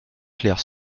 claire